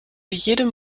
jedem